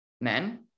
men